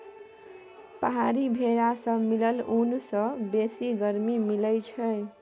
पहाड़ी भेरा सँ मिलल ऊन सँ बेसी गरमी मिलई छै